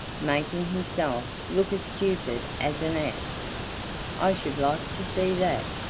making himself look as stupid as an ass i should like to see that.